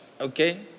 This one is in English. okay